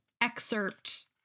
excerpt